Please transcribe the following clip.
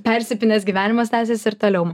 persipynęs gyvenimas tęsias ir toliau